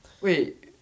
Wait